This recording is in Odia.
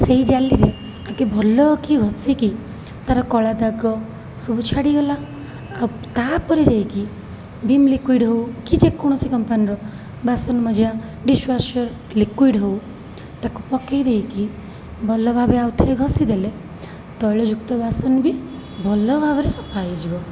ସେଇ ଜାଲିରେ ଆଗେ ଭଲକି ଘଷିକି ତାର କଳାଦାଗ ସବୁ ଛାଡ଼ିଗଲା ଆଉ ତାପରେ ଯାଇକି ଭୀମ୍ ଲିକୁଇଡ଼ ହଉ କି ଯେକୌଣସି କମ୍ପାନୀର ବାସନମଜା ଡିସୱାସର ଲିକୁଇଡ଼ ହଉ ତାକୁ ପକାଇଦେଇକି ଭଲଭାବେ ଆଉଥରେ ଘଷିଦେଲେ ତୈଳଯୁକ୍ତବାସନ ବି ଭଲଭାବରେ ସଫାହେଇଯିବ